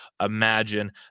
imagine